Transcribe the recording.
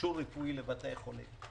מחשוב רפואי לבתי החולים.